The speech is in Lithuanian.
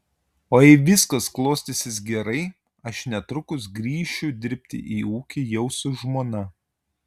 o jei viskas klostysis gerai aš netrukus grįšiu dirbti į ūkį jau su žmona